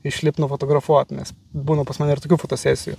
išlipt nufotografuot nes būna pas mane ir tokių fotosesijų